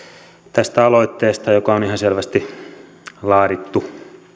tästä aloitteesta joka on ihan selvästi laadittu